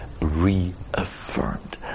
reaffirmed